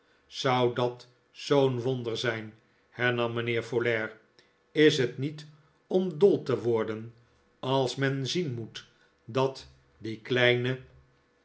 zou dat zoo'n wonder zijn hernam mijnheer folair is'het niet om dol te worden als men zien moet dat die kleine